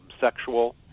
sexual